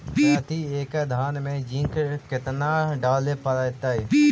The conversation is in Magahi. प्रती एकड़ धान मे जिंक कतना डाले पड़ताई?